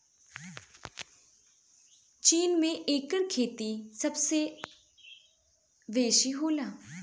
चीन में एकर खेती सबसे बेसी होला